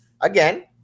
Again